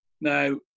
Now